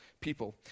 people